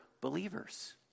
believers